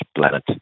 planet